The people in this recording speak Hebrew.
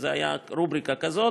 הייתה רובריקה כזאת.